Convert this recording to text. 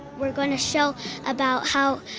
we're gonna show about how,